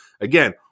again